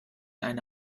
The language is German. eine